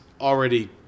already